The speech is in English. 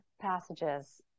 passages